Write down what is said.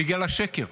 בגלל השקר.